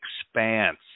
expanse